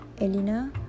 Elena